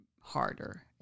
harder